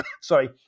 sorry